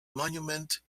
monument